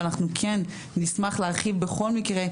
אבל אנחנו כן נשמח להרחיב בכל מקרה,